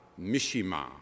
Mishima